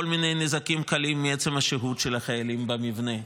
כל מיני נזקים קלים מעצם השהות של החיילים במבנה,